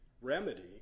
remedy